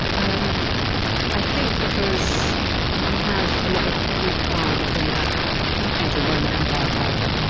um i think because you had a lot of greek power before you had ancient roman empire power.